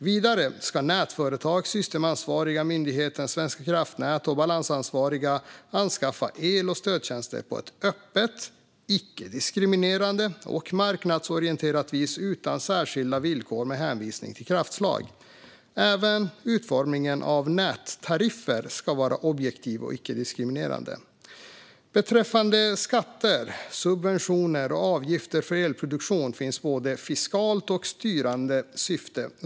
Vidare ska nätföretag, systemansvariga myndigheten Svenska kraftnät och balansansvariga anskaffa el och stödtjänster på ett öppet, icke-diskriminerande och marknadsorienterat vis utan särskilda villkor med hänvisning till kraftslag. Även utformningen av nättariffer ska vara objektiv och icke-diskriminerande. Beträffande skatter, subventioner och avgifter för elproduktion finns både ett fiskalt och ett styrande syfte.